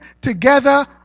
together